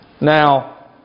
Now